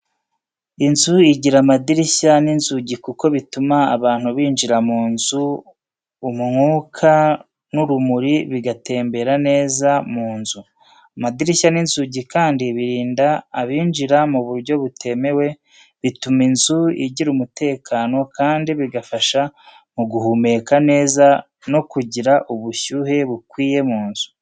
Inzu igira amadirishya n’inzugi kuko bituma abantu binjira mu nzu, umwuka n’urumuri bigatembera neza mu nzu. Amadirishya n’inzugi kandi birinda abinjira mu buryo butemewe, bituma inzu igira umutekano, kandi bigafasha mu guhumeka neza no kugira ubushyuhe bukwiye mu nzu.